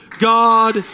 God